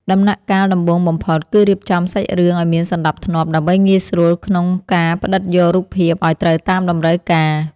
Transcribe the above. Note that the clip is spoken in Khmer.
ដំណាក់កាលដំបូងបំផុតគឺរៀបចំសាច់រឿងឱ្យមានសណ្ដាប់ធ្នាប់ដើម្បីងាយស្រួលក្នុងការផ្ដិតយករូបភាពឱ្យត្រូវតាមតម្រូវការ។